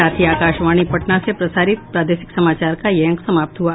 इसके साथ ही आकाशवाणी पटना से प्रसारित प्रादेशिक समाचार का ये अंक समाप्त हुआ